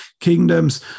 kingdoms